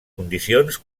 condicions